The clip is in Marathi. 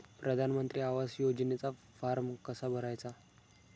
प्रधानमंत्री आवास योजनेचा फॉर्म कसा भरायचा?